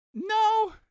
No